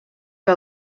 que